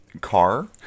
car